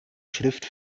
schrift